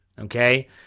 okay